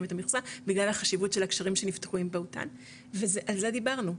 את המכסה בגלל החשיבות של הקשרים שנפתחו עם בהוטן ועל זה דיברנו,